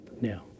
Now